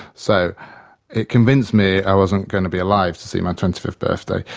so it convinced me i wasn't going to be alive to see my twenty fifth birthday.